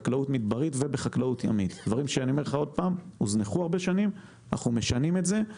הדברים הוזנחו במשך זמן רב